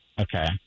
Okay